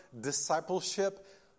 discipleship